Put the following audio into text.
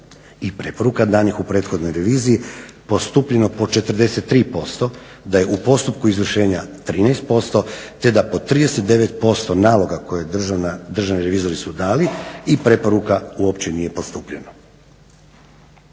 i preporuka danih u prethodnoj reviziji postupljeno po 43% da je u postupku izvršenja 13%, te da po 39% naloga koje su državni revizori dali i preporuka uopće nije postupljeno.